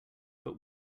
but